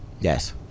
Yes